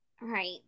right